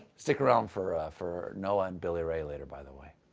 stick around for for noah and billy ray later by the way.